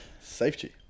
Safety